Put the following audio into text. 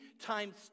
times